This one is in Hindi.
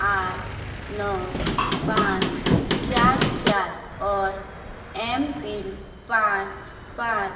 आठ नौ पाँच चार चार और एम पिन पाँच पाँच